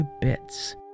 bits